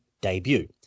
Debut